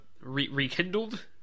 rekindled